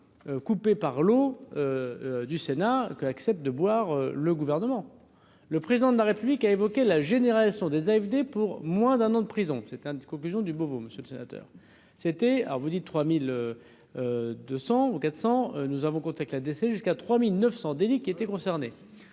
coupé par l'eau du Sénat que accepte de boire le gouvernement, le président de la République a évoqué la généraient sont des AFD pour moins d'un an de prison, c'était un des conclusions du Beauvau, monsieur le sénateur, c'était alors vous dites trois mille deux cents ou quatre cents, nous avons compté avec la DC jusqu'à 3900 délit qui étaient concernés